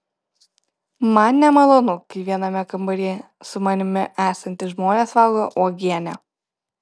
man nemalonu kai viename kambaryje su manimi esantys žmonės valgo uogienę